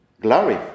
glory